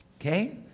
Okay